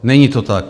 Není to tak.